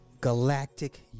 galactic